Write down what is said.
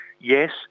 yes